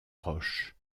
roche